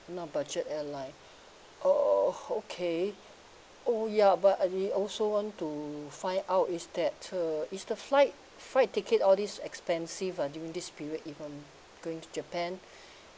not budget airline uh okay oh ya but and we also want to find out is that uh is the flight flight ticket all these expensive ah during this period if I'm going to japan